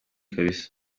kabisa